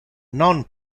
non